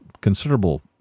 considerable